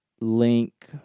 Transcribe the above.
link